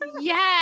Yes